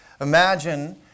imagine